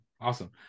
Awesome